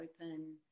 open